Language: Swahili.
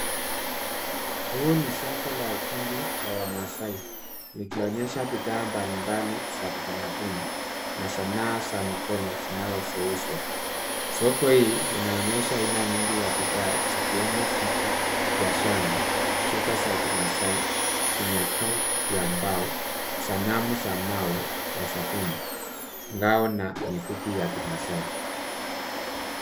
Huu ni soko la ufundi la wamaasai likionyesha bidhaa mbalimbali za kitamaduni na sanaa za mikono zinazouzwa. Soko hii linaonyesha aina nyingi za bidhaa zikiwemo vitu vya shanga, shuka ya kimaasai, vinyago vya mbao, sanamu za mawe ya sabuni, ngao na mikuki ya kimaasai.